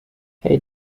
hey